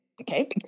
okay